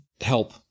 help